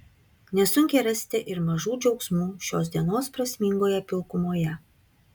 nesunkiai rasite ir mažų džiaugsmų šios dienos prasmingoje pilkumoje